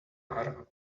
are